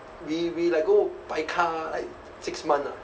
we we like go bai ka like six month ah